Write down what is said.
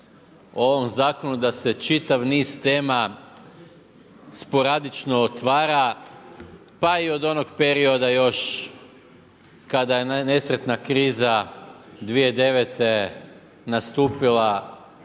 o ovom zakonu da se čitav niz tema sporadično otvara pa i od onog perioda još kada je nesretna kriza 2009. nastupila